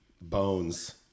bones